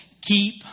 Keep